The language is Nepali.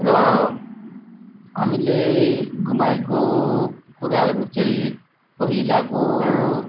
र हामीले गुमाएको कुराहरू चाहिँ पहिलाको